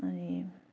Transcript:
अनि